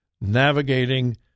navigating